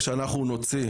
לשכה המשפטית,